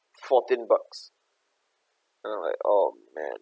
fourteen bucks and then I'm like oh man